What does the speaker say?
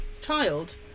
child